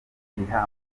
riha